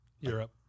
europe